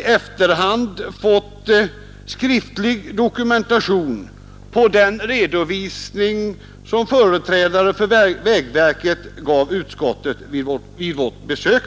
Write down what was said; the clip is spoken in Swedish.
efterhand tillställt utskottets ledamöter en skriftlig dokumentation över den redovisning som företrädare för vägverket gav utskottet vid vårt besök.